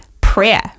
prayer